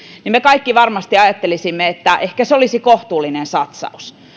niin me kaikki varmasti ajattelisimme että ehkä se olisi kohtuullinen satsaus